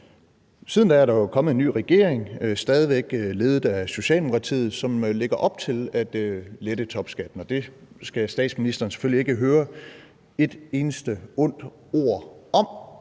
Siden da er der jo kommet en ny regering, stadig væk ledet af Socialdemokratiet, som lægger op til at lette topskatten, og det skal statsministeren selvfølgelig ikke høre et eneste ondt ord om.